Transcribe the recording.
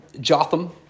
Jotham